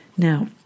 Now